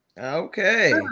Okay